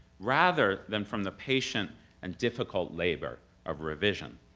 rather than from the patient and difficult labor of revision.